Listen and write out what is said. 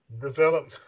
develop